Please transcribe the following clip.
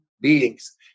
beings